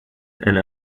and